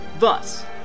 Thus